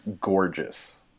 gorgeous